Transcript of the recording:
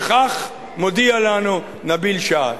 וכך מודיע לנו נביל שעת':